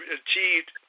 achieved